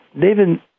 David